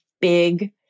big